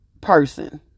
person